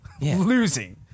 Losing